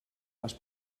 les